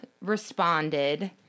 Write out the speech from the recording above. responded